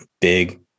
Big